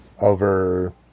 over